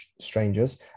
strangers